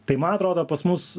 tai man atrodo pas mus